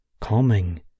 calming